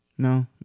No